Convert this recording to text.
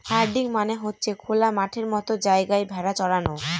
herding মানে হচ্ছে খোলা মাঠের মতো জায়গায় ভেড়া চরানো